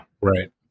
Right